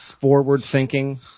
forward-thinking